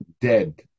dead